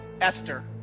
Esther